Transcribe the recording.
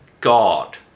God